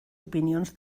opinions